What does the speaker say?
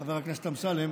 חבר הכנסת אמסלם,